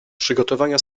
przygotowania